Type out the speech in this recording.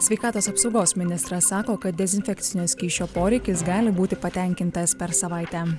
sveikatos apsaugos ministras sako kad dezinfekcinio skysčio poreikis gali būti patenkintas per savaitę